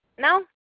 No